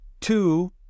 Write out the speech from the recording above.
Two